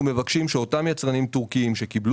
ואנחנו מבקשים שאותם יצרנים טורקים שקיבלו